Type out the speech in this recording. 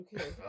Okay